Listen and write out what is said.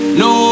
no